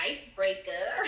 Icebreaker